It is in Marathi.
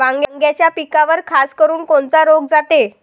वांग्याच्या पिकावर खासकरुन कोनचा रोग जाते?